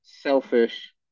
selfish